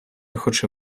хоче